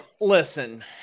Listen